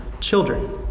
children